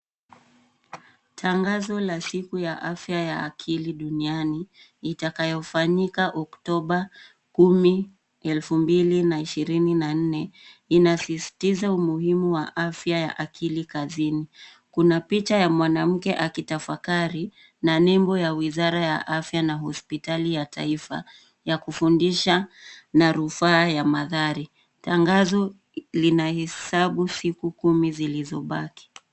Tangazo la siku ya afya ya akili duniani, itakayo fanika oktoba kumi elfu mbili na ishirini na nne. Inasizitiza umuhimu wa afya akili kazini. Kuna picha ya mwanamke akitafakari, na nembo ya wizara ya afya na hospitali ya taifa. Ya kufundisha na rufaa ya mathare. Tangazo linahesabu siku kumi zilizobaki.